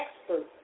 experts